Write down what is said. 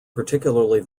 particularly